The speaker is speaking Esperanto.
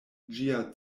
ĝia